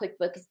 QuickBooks